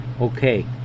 okay